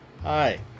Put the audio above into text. Hi